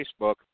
Facebook